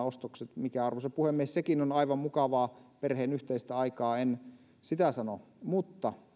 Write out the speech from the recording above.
ostokset mikä arvoisa puhemies sekin on aivan mukavaa perheen yhteistä aikaa en sitä sano mutta